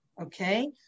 okay